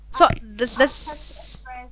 so there's there's